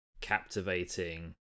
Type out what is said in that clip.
captivating